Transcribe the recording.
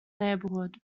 neighbourhood